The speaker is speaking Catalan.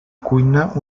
cuina